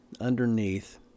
underneath